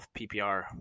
PPR